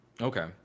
Okay